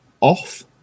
off